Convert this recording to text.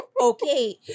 okay